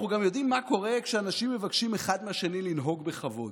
אנחנו גם יודעים מה קורה כשאנשים מבקשים אחד מהשני לנהוג בכבוד.